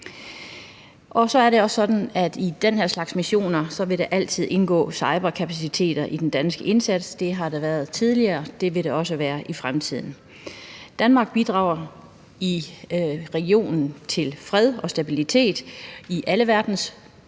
Og så er det også sådan, at i den her slags missioner vil der altid indgå cyberkapaciteter i den danske indsats. Det har der været tidligere, det vil der også være i fremtiden. Danmark bidrager i regionen til fred og stabilitet ligesom